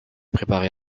préparée